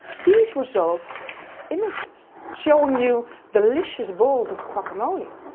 these results have images, showing you delicious bowls of guacamole.